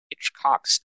Hitchcock's